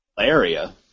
area